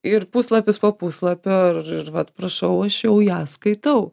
ir puslapis po puslapio ir ir vat prašau aš jau ją skaitau